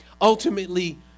Ultimately